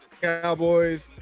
Cowboys